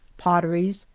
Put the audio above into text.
potter ies,